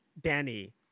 Danny